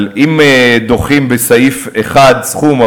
אבל אם דוחים בסעיף אחד סכום,